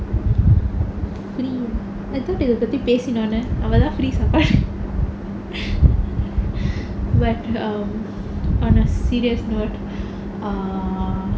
free I thought இத பத்தி பேசுனோன அதுதான்:itha pathi pesunona athuthaan free saappadu but um on a serious note err